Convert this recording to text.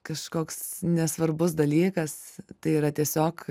kažkoks nesvarbus dalykas tai yra tiesiog